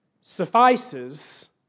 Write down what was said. suffices